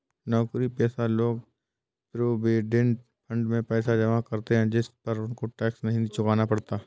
नौकरीपेशा लोग provident fund में पैसा जमा करते है जिस पर उनको टैक्स नहीं चुकाना पड़ता